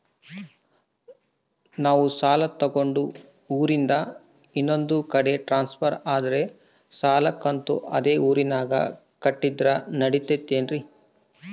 ನಾವು ಸಾಲ ತಗೊಂಡು ಊರಿಂದ ಇನ್ನೊಂದು ಕಡೆ ಟ್ರಾನ್ಸ್ಫರ್ ಆದರೆ ಸಾಲ ಕಂತು ಅದೇ ಊರಿನಾಗ ಕಟ್ಟಿದ್ರ ನಡಿತೈತಿ?